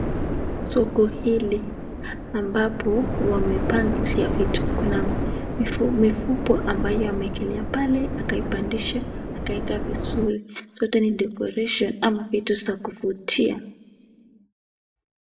Soko hili ambapo wamepanga vitu, kuna mifuko ambayo ameekelea pale, akajpandisha, akaeka vizuri, zote ni decoration ama vitu za kuvutia.